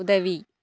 உதவி